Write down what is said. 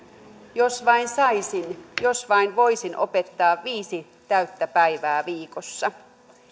jos vain saisin jos vain voisin opettaa viisi täyttä päivää viikossa